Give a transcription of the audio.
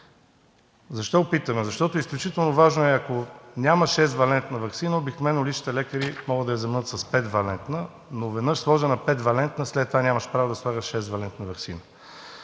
Защо питаме? Защото е изключително важно, ако няма 6 валентна ваксина, обикновено личните лекари могат да я заменят с 5-валентна, но веднъж сложена 5-валентна, след това нямат право да слагат 6-валентна ваксина.